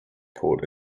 port